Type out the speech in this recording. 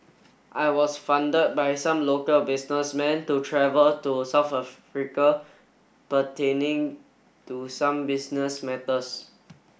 I was funded by some local businessman to travel to South Africa pertaining to some business matters